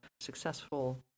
successful